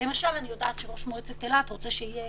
למשל אני יודעת שראש מועצת אילת רוצה שיהיה